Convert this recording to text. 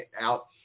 out